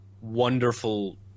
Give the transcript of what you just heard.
wonderful